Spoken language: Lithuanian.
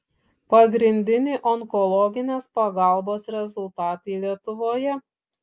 pagrindiniai onkologinės pagalbos rezultatai lietuvoje